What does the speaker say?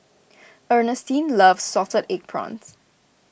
Ernestine loves Salted Egg Prawns